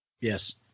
Yes